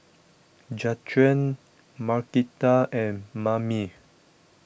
Jaquan Markita and Mamie